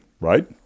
Right